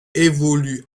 évolue